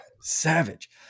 savage